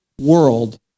world